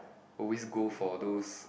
always go for those